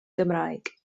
gymraeg